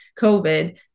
COVID